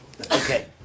Okay